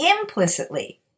implicitly